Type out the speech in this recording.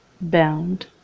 bound